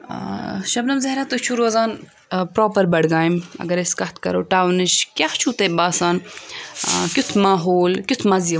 شبنم ظہرا تُہی چھو روزان پراپر بَڈگامہِ اگر أسۍ کَتھ کَرو ٹاونٕچ کیاہ چھو تۄہہِ باسان کِیُتھ ماحول کِیُتھ مَزٕ یوان